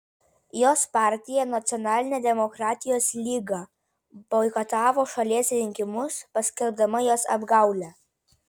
jos partija nacionalinė demokratijos lyga boikotavo šalies rinkimus paskelbdama juos apgaule